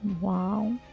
Wow